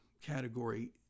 category